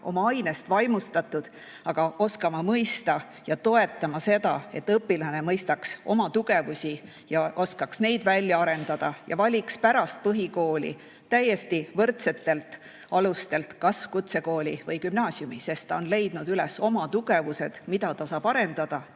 oma ainest vaimustatud, aga oskama mõista ja toetama seda, et õpilane mõistaks oma tugevusi ja oskaks neid välja arendada ja valiks pärast põhikooli täiesti võrdsetel alustel kas kutsekooli või gümnaasiumi, sest ta on leidnud üles oma tugevused, mida ta saab arendada,